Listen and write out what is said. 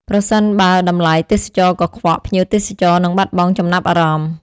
ប្រសិនបើតំបន់ទេសចរណ៍កខ្វក់ ភ្ញៀវទេសចរនឹងបាត់បង់ចំណាប់អារម្មណ៍។